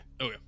Okay